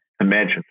imagine